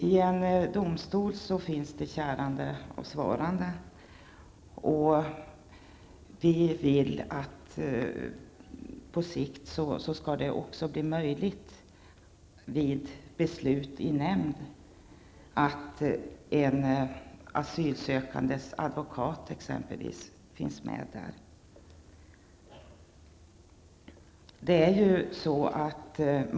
I en domstol finns det kärande och svarande, och vi önskar att det på sikt även vid beslut i nämnden skall bli möjligt att t.ex. ha med en asylsökandes advokat.